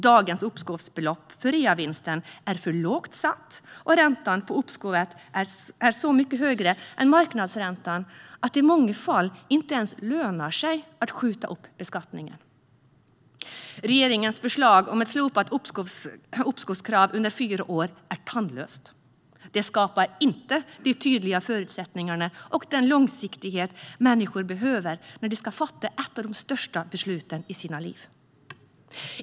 Dagens uppskovsbelopp för reavinsten är för lågt satt, och räntan på uppskovet är så mycket högre än marknadsräntan att det i många fall inte ens lönar sig att skjuta upp beskattningen. Regeringens förslag om ett slopat uppskovkrav under fyra år är tandlöst. Det skapar inte de tydliga förutsättningar och den långsiktighet människor behöver när de ska fatta ett av de största besluten i livet.